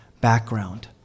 background